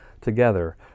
together